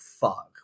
fuck